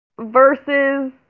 versus